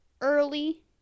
early